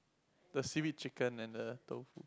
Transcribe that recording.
the seaweed chicken and the tofu